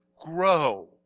grow